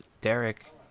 Derek